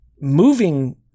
moving